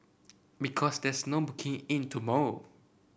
because there's no booking in tomorrow